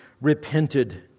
repented